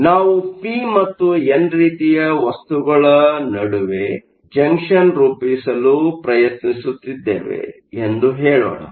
ಆದ್ದರಿಂದ ನಾವು ಪಿ ಮತ್ತು ಎನ್ ರೀತಿಯ ವಸ್ತುಗಳ ನಡುವೆ ಜಂಕ್ಷನ್ ರೂಪಿಸಲು ಪ್ರಯತ್ನಿಸುತ್ತಿದ್ದೇವೆ ಎಂದು ಹೇಳೋಣ